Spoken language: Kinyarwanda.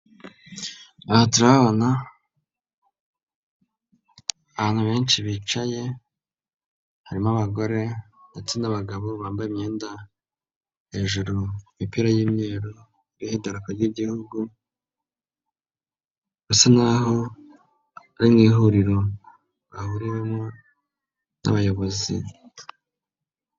Aha turahabona abantu benshi bicaye, harimo abagore ndetse n'abagabo bambaye imyenda hejuru imipira y'imyeru iriho idarapo ry'Igihugu, basa nk'aho ari mu ihuriro bahuriwemo nk'abayobozi.